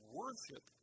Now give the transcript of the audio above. worship